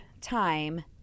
time